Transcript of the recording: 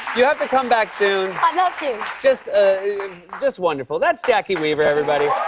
you have to come back soon. i'd love to. just just wonderful. that's jacki weaver, everybody.